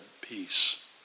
peace